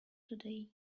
today